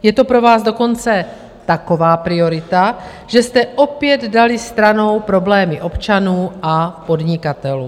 Je to pro vás dokonce taková priorita, že jste opět dali stranou problémy občanů a podnikatelů.